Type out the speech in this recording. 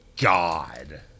god